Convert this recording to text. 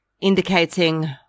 indicating